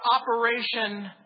Operation